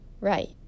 Right